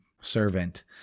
Servant